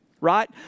right